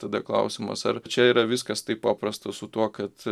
tada klausimas ar čia yra viskas taip paprasta su tuo kad